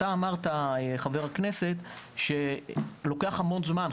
חבר הכנסת אמר שלוקח המון זמן,